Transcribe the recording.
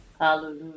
Hallelujah